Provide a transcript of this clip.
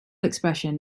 expression